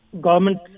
government